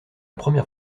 première